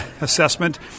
assessment